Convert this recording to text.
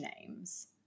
names